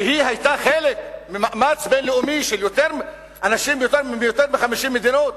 שהיא היתה חלק ממאמץ בין-לאומי של אנשים מיותר מ-50 מדינות